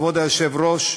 כבוד היושב-ראש,